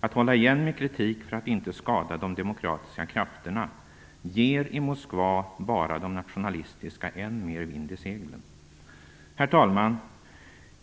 Att hålla igen med kritik för att inte skada de demokratiska krafterna ger i Moskva bara de nationalistiska krafterna än mer vind i seglen. Herr talman!